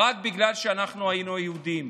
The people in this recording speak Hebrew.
רק בגלל שאנחנו היינו יהודים.